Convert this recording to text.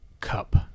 Cup